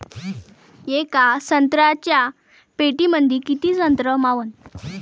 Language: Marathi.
येका संत्र्याच्या पेटीमंदी किती संत्र मावन?